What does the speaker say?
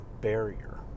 barrier